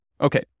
okay